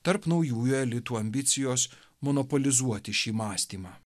tarp naujųjų elitų ambicijos monopolizuoti šį mąstymą